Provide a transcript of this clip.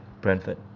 Brentford